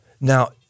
Now